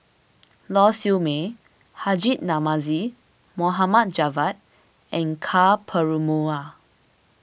Lau Siew Mei Haji Namazie Mohamad Javad and Ka Perumal